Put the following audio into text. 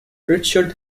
richard